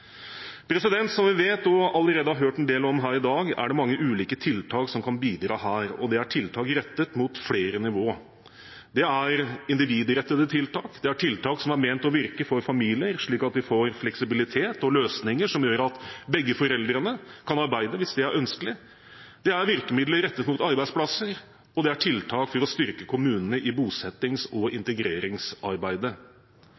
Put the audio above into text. Som vi vet og allerede har hørt en del om her i dag, er det mange ulike tiltak som kan bidra, og det er tiltak rettet mot flere nivåer. Det er individrettede tiltak, og det er tiltak som er ment å virke for familier, slik at vi får fleksibilitet og løsninger som gjør at begge foreldrene kan arbeide hvis det er ønskelig. Det er virkemidler rettet mot arbeidsplasser, og det er tiltak for å styrke kommunene i bosettings- og integreringsarbeidet.